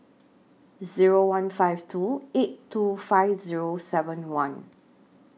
Zero one five two eight two five Zero seven one